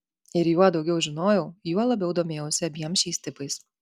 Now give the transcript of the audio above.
ir juo daugiau žinojau juo labiau domėjausi abiem šiais tipais